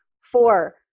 Four